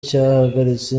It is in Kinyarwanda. cyahagaritse